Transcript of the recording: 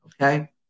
okay